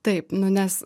taip nu nes